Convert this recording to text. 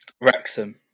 Wrexham